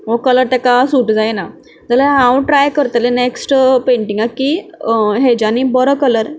हो कलर तेका सूट जायना जाल्या हांव ट्राय करतले नेक्स्ट पेंटिंगांक की हेज्यानी बरो कलर